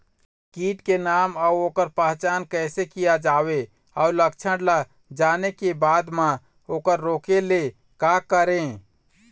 कीट के नाम अउ ओकर पहचान कैसे किया जावे अउ लक्षण ला जाने के बाद मा ओकर रोके ले का करें?